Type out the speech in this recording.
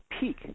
peak